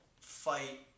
fight